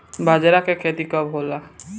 बजरा के खेती कब होला?